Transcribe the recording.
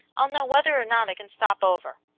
i'll know whether or not i can stop over.